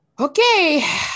okay